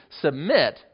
submit